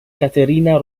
caterina